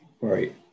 Right